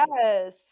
Yes